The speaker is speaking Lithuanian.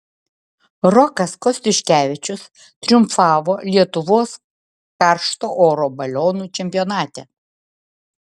rokas kostiuškevičius triumfavo lietuvos karšto oro balionų čempionate